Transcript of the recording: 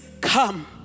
come